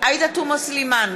עאידה תומא סלימאן,